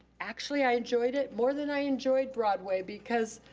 actually i enjoyed it more than i enjoyed broadway, because